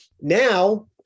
now